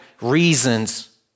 reasons